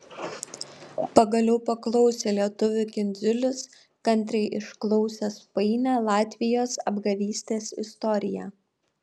pagaliau paklausė lietuvių kindziulis kantriai išklausęs painią latvijos apgavystės istoriją